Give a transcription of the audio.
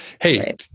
Hey